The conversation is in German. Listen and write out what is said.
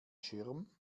schirm